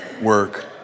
work